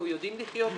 אנחנו יודעים לחיות אתו,